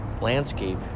landscape